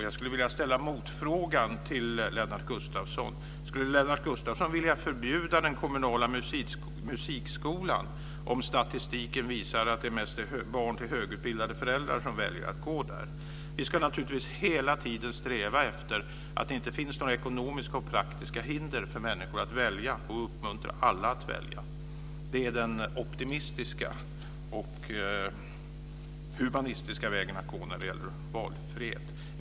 Jag skulle vilja ställa en motfråga till Lennart Gustavsson: Skulle Lennart Gustavsson vilja förbjuda den kommunala musikskolan om statistiken visar att det mest är barn till högutbildade föräldrar som väljer att gå där? Vi ska naturligtvis hela tiden sträva efter att det inte finns några ekonomiska och praktiska hinder för människor att välja och uppmuntra alla att välja. Det är den optimistiska och humanistiska vägen att gå när det gäller valfrihet.